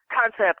concept